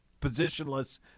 positionless